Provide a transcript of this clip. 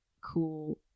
cool